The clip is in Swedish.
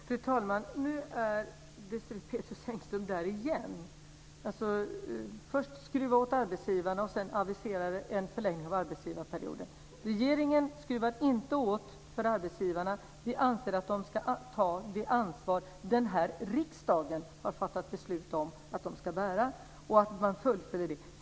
Fru talman! Nu är Désirée Pethrus Engström där igen. Först skruvar man åt arbetsgivarna, och sedan aviserar man en förlängning av arbetsgivarperioden. Regeringen skruvar inte åt arbetsgivarna. Vi anser att de ska ta det ansvar som den här riksdagen har fattat beslut om att de ska bära, och de ska fullfölja det.